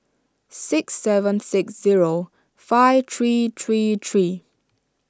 six seven six zero five three three three